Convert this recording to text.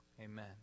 Amen